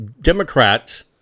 Democrats